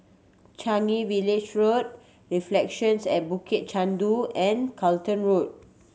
Changi Village Road Reflections at Bukit Chandu and Charlton Road